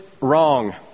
Wrong